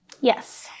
Yes